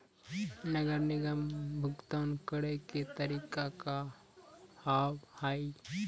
नगर निगम के भुगतान करे के तरीका का हाव हाई?